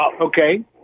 Okay